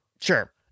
Sure